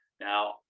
now